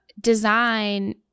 Design